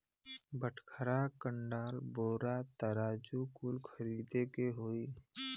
बटखरा, कंडाल, बोरा, तराजू कुल खरीदे के होई